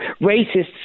racists